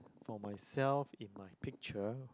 for myself in my picture